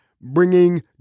Bringing